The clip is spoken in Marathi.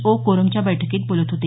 ओ कोरमच्या बैठकीत बोलत होते